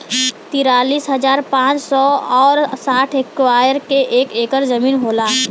तिरालिस हजार पांच सौ और साठ इस्क्वायर के एक ऐकर जमीन होला